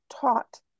taught